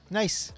nice